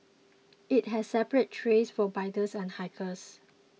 it has separate trails for bikers and hikers